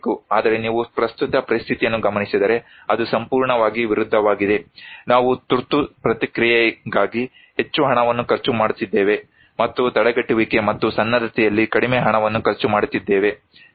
ಆದರೆ ನೀವು ಪ್ರಸ್ತುತ ಪರಿಸ್ಥಿತಿಯನ್ನು ಗಮನಿಸಿದರೆ ಅದು ಸಂಪೂರ್ಣವಾಗಿ ವಿರುದ್ಧವಾಗಿದೆ ನಾವು ತುರ್ತು ಪ್ರತಿಕ್ರಿಯೆಗಾಗಿ ಹೆಚ್ಚು ಹಣವನ್ನು ಖರ್ಚು ಮಾಡುತ್ತಿದ್ದೇವೆ ಮತ್ತು ತಡೆಗಟ್ಟುವಿಕೆ ಮತ್ತು ಸನ್ನದ್ಧತೆಯಲ್ಲಿ ಕಡಿಮೆ ಹಣವನ್ನು ಖರ್ಚು ಮಾಡುತ್ತಿದ್ದೇವೆ ಸರಿ